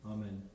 Amen